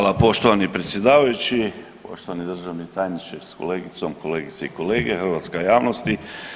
Hvala poštovani predsjedavajući, poštovani državni tajniče s kolegicom, kolegice i kolege, hrvatska javnosti.